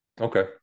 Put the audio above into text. okay